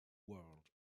world